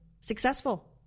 successful